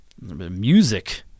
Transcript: music